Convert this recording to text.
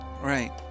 Right